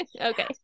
Okay